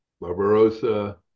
Barbarossa